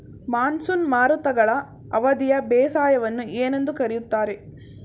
Monsoon ಮಾರುತಗಳ ಅವಧಿಯ ಬೇಸಾಯವನ್ನು ಏನೆಂದು ಕರೆಯುತ್ತಾರೆ?